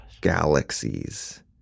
galaxies